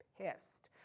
pissed